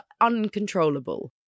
uncontrollable